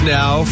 now